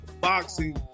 boxing